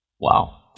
Wow